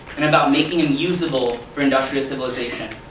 and about making them usable for industrial civilization.